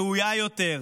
ראויה יותר,